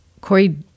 Corey